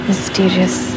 Mysterious